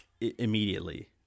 immediately